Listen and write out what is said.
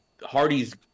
Hardy's